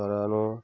তারানো